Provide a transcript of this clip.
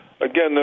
again